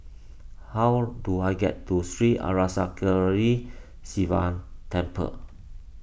how do I get to Sri Arasakesari Sivan Temple